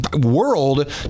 world